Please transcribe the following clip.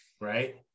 Right